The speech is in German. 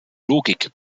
logik